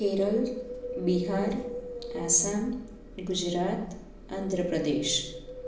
Kerala Bihar Assam Gujarat Andhra Pradesh